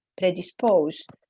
predisposed